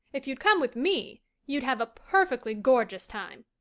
if you'd come with me you'd have a perfectly gorgeous time.